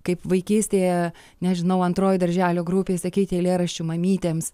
kaip vaikystėje nežinau antroj darželio grupėj sakyti eilėraščių mamytėms